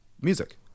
Music